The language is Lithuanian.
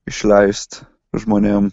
išleist žmonėm